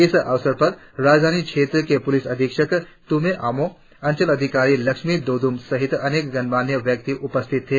इस अवसर पर राजधानी क्षेत्र के पुलिस अधीक्षक तुम्मे अमो अंचल अधिकारी लक्ष्मी दोदुम सहित अनेक घणमान्य व्यक्ति उपस्थित थे